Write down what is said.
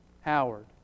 Howard